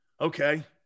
Okay